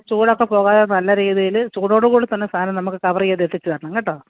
ചൂടൊക്കെ പോകാതെ നല്ല രീതിയിൽ ചൂടോടുകൂടി തന്നെ സാധനം നമുക്ക് കവർ ചെയ്ത് എത്തിച്ച് തരണം കേട്ടോ